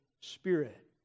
Spirit